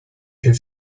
her